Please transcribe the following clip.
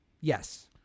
Yes